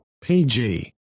PG